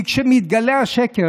כי כשמתגלה השקר,